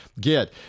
get